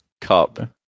Cup